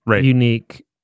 unique